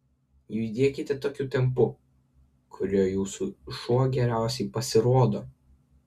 judėkite tokiu tempu kuriuo jūsų šuo geriausiai pasirodo